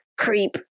creep